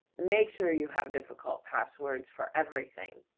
make sure you have difficult passwords for everything.